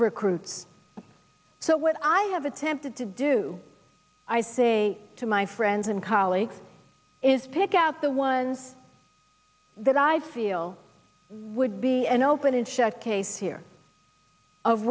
recruits so what i have attempted to do i say to my friends and colleagues is pick out the ones that i feel would be an open and shut case here of